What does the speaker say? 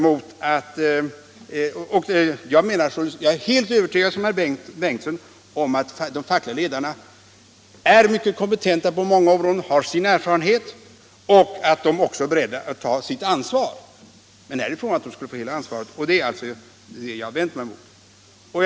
Jag är alltså lika övertygad som herr Bengtsson om att de fackliga ledarna är mycket kompetenta och erfarna på många områden och att de också är beredda att ta sitt ansvar — men därifrån till att de skulle få hela ansvaret är steget långt, och det är det jag har invänt mot.